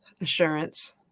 assurance